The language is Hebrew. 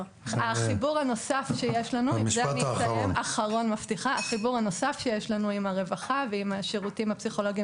החיבור הנוסף שיש לנו עם הרווחה ועם השירותים הפסיכולוגיים